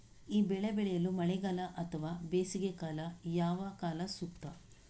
ಈ ಬೆಳೆ ಬೆಳೆಯಲು ಮಳೆಗಾಲ ಅಥವಾ ಬೇಸಿಗೆಕಾಲ ಯಾವ ಕಾಲ ಸೂಕ್ತ?